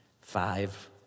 five